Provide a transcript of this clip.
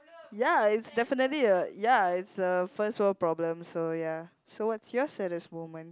ya it's definitely a ya it's a first world problem so ya so what's your saddest moment